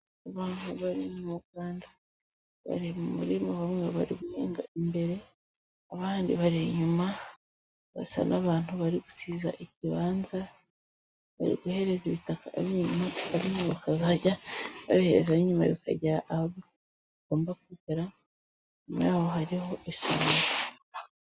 Abantu bari muganda bari murima bamwe bari guhinga imbere, abandi bari inyuma. Basa n'abantu bari gusiza ikibanza, bari guhereza ibitaka ab'inyuma, ab'inyuma bakazajya boherezaho inyuma bikagera aho bigomba kugera nyuma yaho hariho ishyamba.